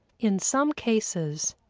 in some cases,